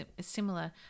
similar